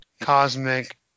cosmic